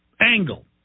angle